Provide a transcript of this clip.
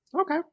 Okay